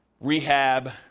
rehab